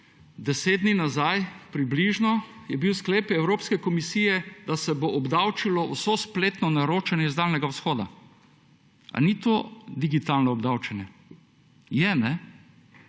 deset dni nazaj, približno, je bil sklep Evropske komisije, da se bo obdavčilo vso spletno naročanje z daljnega vzhoda. A ni to digitalno obdavčenje? Je, ne.